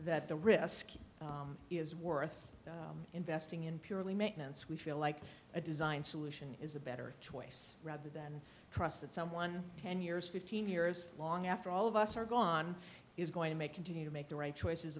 that the risk is worth investing in purely maintenance we feel like a design solution is a better choice rather than trust that someone ten years fifteen years long after all of us are gone is going to make continue to make the right choices